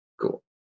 Cool